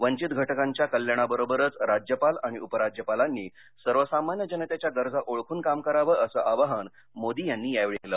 वंचित घटकांच्या कल्याणाबरोबरच राज्यपाल आणि उपराज्यपालांनी सर्वसामान्य जनतेच्या गरजा ओळखून काम करावं असं आवाहन मोदी यांनी यावेळी केलं